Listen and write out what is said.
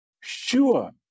sure